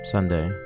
Sunday